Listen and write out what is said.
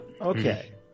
Okay